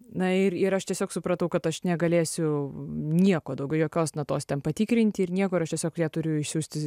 na ir ir aš tiesiog supratau kad aš negalėsiu nieko daugiau jokios natos ten patikrinti ir niekur aš tiesiog ją turiu išsiųsti